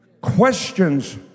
questions